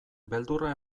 beldurra